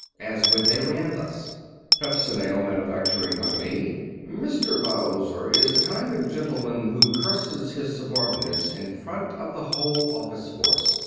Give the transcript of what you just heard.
as when they ran thus pepsinale manufacturing company mr. bowser is the kind of gentleman who curses his subordinates in front of the whole office force.